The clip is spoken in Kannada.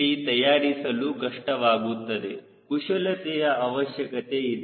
ಇಲ್ಲಿ ತಯಾರಿಸಲು ಕಷ್ಟವಾಗುತ್ತದೆ ಕುಶಲತೆಯ ಅವಶ್ಯಕತೆ ಇದೆ